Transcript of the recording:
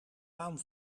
baan